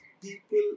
people